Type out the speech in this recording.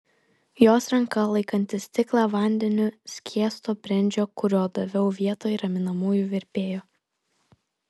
jos ranka laikanti stiklą vandeniu skiesto brendžio kurio daviau vietoj raminamųjų virpėjo